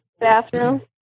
bathroom